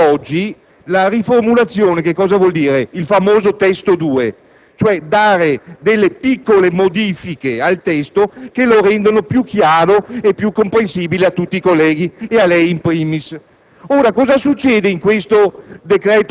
Da quanto ne sapevo, fino ad oggi, la riformulazione - il famoso testo 2 - consisteva in piccole modifiche al testo che lo rendevano più chiaro e più comprensibile a tutti i colleghi, e a lei *in primis*.